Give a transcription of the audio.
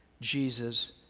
Jesus